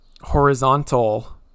horizontal